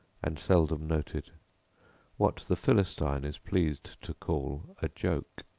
and seldom noted what the philistine is pleased to call a joke.